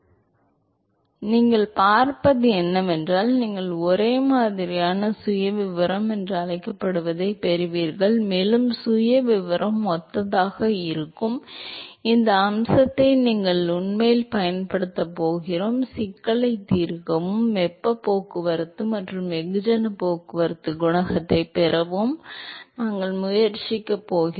ஆனால் நீங்கள் பார்ப்பது என்னவென்றால் நீங்கள் ஒரே மாதிரியான சுயவிவரம் என்று அழைக்கப்படுவதைப் பெறுவீர்கள் மேலும் சுயவிவரம் ஒத்ததாக இருக்கும் இந்த அம்சத்தை நாங்கள் உண்மையில் பயன்படுத்தப் போகிறோம் மேலும் சிக்கலைத் தீர்க்கவும் வெப்பப் போக்குவரத்து மற்றும் வெகுஜன போக்குவரத்து குணகத்தைப் பெறவும் நாங்கள் முயற்சிக்கப் போகிறோம்